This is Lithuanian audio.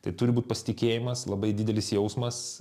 tai turi būt pasitikėjimas labai didelis jausmas